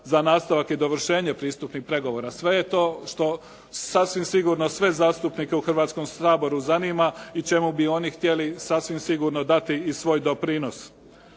za nastavak i dovršenje pristupnih pregovora? Sve je to što sasvim sigurno sve zastupnike u Hrvatskom saboru zanima i čemu bi oni htjeli sasvim sigurno dati i svoj doprinos.